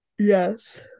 yes